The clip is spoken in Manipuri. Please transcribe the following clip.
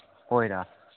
ꯍꯣꯏꯔꯥ